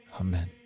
Amen